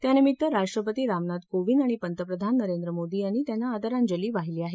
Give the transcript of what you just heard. त्यानिमित्त राष्ट्रपती रामनाथ कोविंद आणि पंतप्रधान नरेंद्र मोदी यांनी त्यांना आदरांजली वाहिली आहे